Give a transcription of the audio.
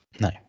No